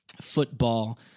football